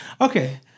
Okay